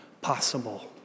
possible